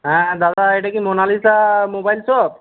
হ্যাঁ দাদা এটা কি মোনালিসা মোবাইল শপ